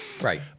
right